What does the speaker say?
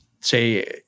say